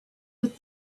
but